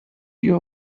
your